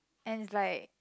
and it's like